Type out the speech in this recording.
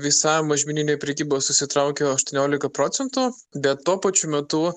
visa mažmeninė prekyba susitraukė aštuoniolika procentų bet tuo pačiu metu